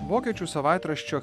vokiečių savaitraščio